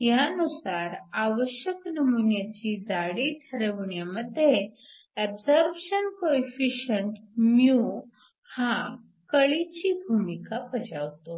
ह्यानुसार आवश्यक नमुन्याची जाडी ठरविण्यामध्ये ऍबसॉरप्शन कोइफिसिएंट μ हा कळीची भूमिका बजावतो